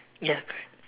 ya correct